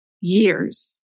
years